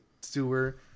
sewer